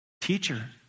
Teacher